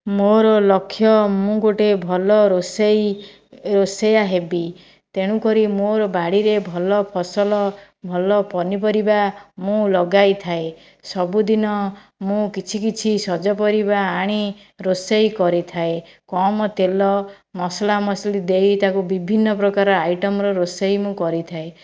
ମୋର ଲକ୍ଷ୍ୟ ମୁଁ ଗୋଟେ ଭଲ ରୋଷେଇ ରୋଷାଇଆ ହେବି ତେଣୁ କରି ମୋର ବାଡ଼ିରେ ଭଲ ଫସଲ ଭଲ ପନିପରିବା ମୁଁ ଲଗାଇଥାଏ ସବୁଦିନ ମୁଁ କିଛି କିଛି ସଜ ପରିବା ଆଣି ରୋଷେଇ କରିଥାଏ କମ୍ ତେଲ ମସଲା ମସଲି ଦେଇ ତାକୁ ବିଭିନ୍ନପ୍ରକାର ଆଇଟମ୍ର ରୋଷେଇ ମୁଁ କରିଥାଏ